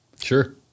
Sure